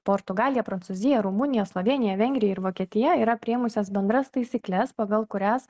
portugalija prancūzija rumunija slovėnija vengrija ir vokietija yra priėmusios bendras taisykles pagal kurias